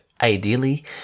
ideally